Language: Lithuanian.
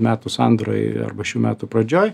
metų sandūroj arba šių metų pradžioj